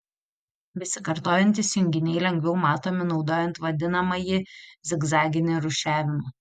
besikartojantys junginiai lengviau matomi naudojant vadinamąjį zigzaginį rūšiavimą